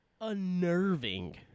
unnerving